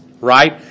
right